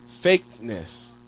fakeness